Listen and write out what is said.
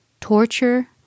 torture